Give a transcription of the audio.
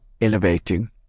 elevating